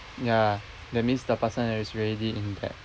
ya that means the person is already in debt